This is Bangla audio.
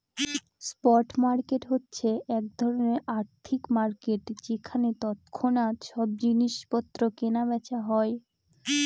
স্পট মার্কেট হচ্ছে এক ধরনের আর্থিক মার্কেট যেখানে তৎক্ষণাৎ সব জিনিস পত্র কেনা বেচা হয়